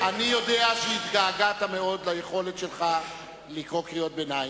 אני יודע שהתגעגעת מאוד ליכולת שלך לקרוא קריאות ביניים.